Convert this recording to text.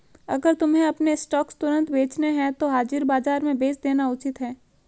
अगर तुम्हें अपने स्टॉक्स तुरंत बेचने हैं तो हाजिर बाजार में बेच देना उचित है